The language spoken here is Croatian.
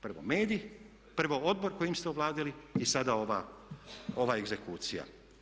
Prvo mediji, prvo odbor kojim ste ovladali i sada ova egzekucija.